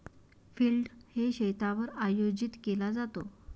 field day शेतावर आयोजित केला जातो